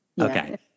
Okay